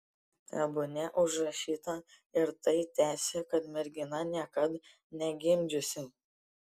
tebūnie užrašyta ir tai tęsė kad mergina niekad negimdžiusi